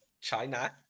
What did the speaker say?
China